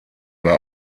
war